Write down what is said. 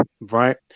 right